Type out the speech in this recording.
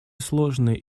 сложные